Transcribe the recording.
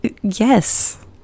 yes